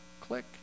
Click